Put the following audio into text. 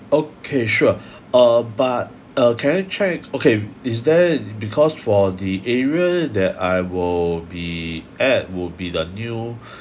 okay sure uh but uh can I check okay is there because for the area that I will be at would be the new